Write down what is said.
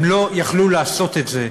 הם לא היו יכולים לעשות את זה.